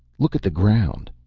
look at the ground!